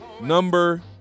number